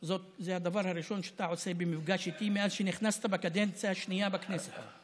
זה הדבר הראשון שאתה עושה במפגש איתי מאז שנכנסת בקדנציה השנייה לכנסת.